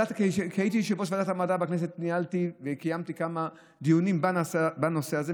כשהייתי יושב-ראש ועדת המדע בכנסת ניהלתי וקיימתי כמה דיונים בנושא הזה,